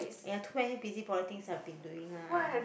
!aiya! too many busy body things I have been doing lah